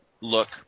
look